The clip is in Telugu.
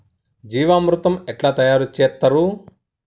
జీవామృతం ఎట్లా తయారు చేత్తరు?